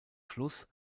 fluss